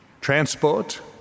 transport